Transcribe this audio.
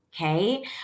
okay